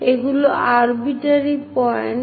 এগুলো arbitrary point